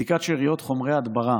בדיקת שאריות חומרי הדברה